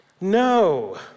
No